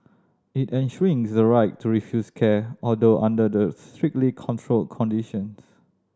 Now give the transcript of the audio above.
it enshrines the right to refuse care although under the strictly controlled conditions